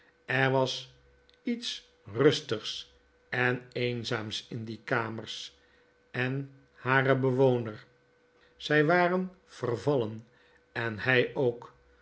er was iets rustigs en eenzaams in die kamers en haren bewoner zy waren vervallen en hij ook